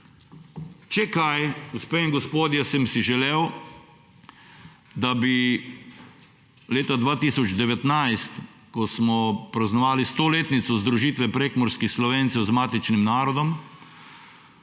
Če kaj, gospe in gospodje, sem si želel, da bi leta 2019, ko smo praznovali stoletnico združitve prekmurskih Slovencev z matičnim narodom,